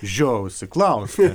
žiojausi klausti